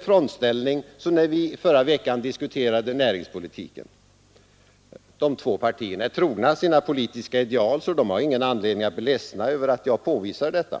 frontställning som när vi förra veckan diskuterade näringspolitiken. De två partierna är trogna sina politiska ideal, så de har ingen anledning att bli ledsna över att jag påvisar detta.